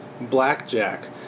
Blackjack